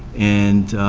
and